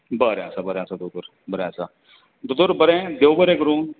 बरें आसा बरें आसा दोतोर बरें आसा दोतोर बरें देव बरें करुं